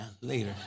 Later